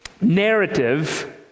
narrative